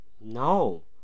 No